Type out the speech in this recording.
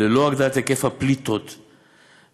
ללא הגדלת היקף הפליטות במתחם,